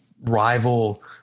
rival